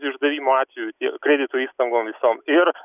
išdavimo atveju kredito įstaigom visom ir